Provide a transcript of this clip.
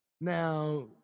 Now